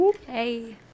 Hey